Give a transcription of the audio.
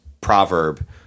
proverb